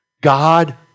God